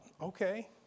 okay